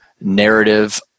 narrative